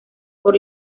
por